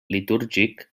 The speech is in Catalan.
litúrgic